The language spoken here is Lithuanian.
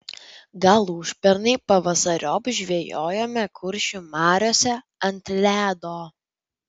gal užpernai pavasariop žvejojome kuršių mariose ant ledo